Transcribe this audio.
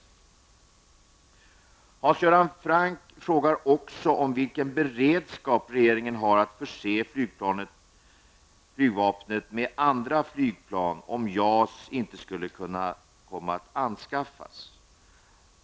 Hans Göran Franck frågar också vilken beredskap regeringen har att förse flygvapnet med andra flygplan om JAS inte skulle komma att anskaffas.